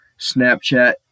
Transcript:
Snapchat